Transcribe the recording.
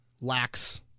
lacks